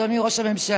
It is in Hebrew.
אדוני ראש הממשלה.